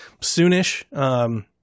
soonish